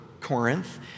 Corinth